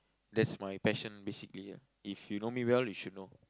that's my passion basically ya if you know me well you should know